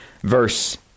verse